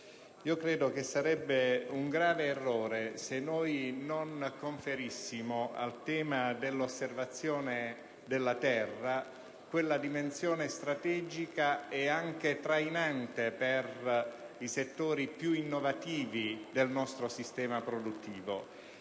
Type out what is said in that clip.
credo sarebbe un grave errore se non conferissimo al tema dell'osservazione della terra quella dimensione strategica e anche trainante per i settori più innovativi del nostro sistema produttivo.